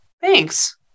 thanks